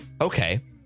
okay